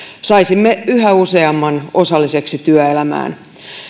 saisimme yhä useamman osalliseksi työelämään